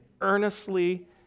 earnestly